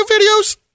videos